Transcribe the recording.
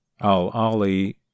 Al-Ali